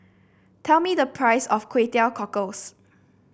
tell me the price of Kway Teow Cockles